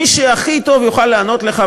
מי שהכי טוב יוכל לענות לך,